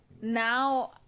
now